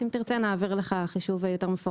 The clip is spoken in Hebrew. אם תרצה, נעביר לך חישוב יותר מפורט.